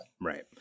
Right